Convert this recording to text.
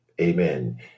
amen